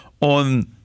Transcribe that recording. on